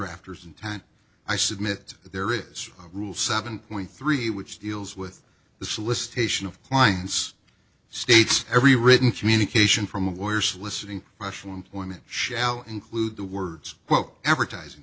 drafters in time i submit there is a rule seven point three which deals with the solicitation of clients states every written communication from a war soliciting national employment shall include the words advertising